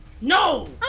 No